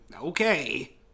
Okay